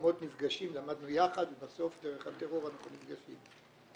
אנחנו למדנו יחד ובסוף, דרך הטרור, אנחנו נפגשים.